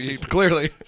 clearly